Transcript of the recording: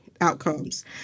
outcomes